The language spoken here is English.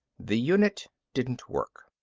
the unit didn't work.